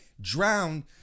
drowned